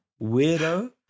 weirdo